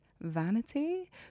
vanity